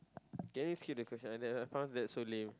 can we skip the question I just I found that so lame